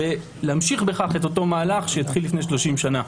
ולהמשיך בכך את אותו מהלך שהתחיל לפני שלושים שנה.